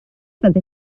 fyddi